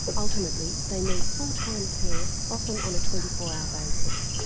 ultimately they need full time care often on a twenty four hour basis.